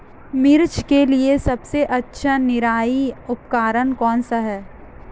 मिर्च के लिए सबसे अच्छा निराई उपकरण कौनसा है?